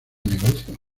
negocio